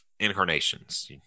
incarnations